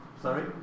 Sorry